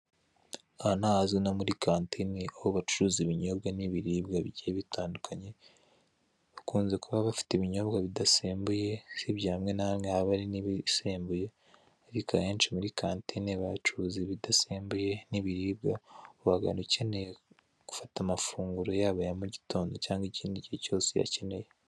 Aha ni ahazwi nko muri kantine aho bacuruza ibinyobwa n'ibiribwa bigiye bitandukanye bakunze kuba bafite ibinyobwa bidasembuye usibye hamwe na hamwe haba hari n'ibisembuye, ariko ahenshi muri kantine baba bacuruza ibidasembuye n'ibiribwa uhagana ukeneye gufata amafunguro yabo ya mugitondo cyangwa ikindi gihe cyose uyakeneye.